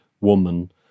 woman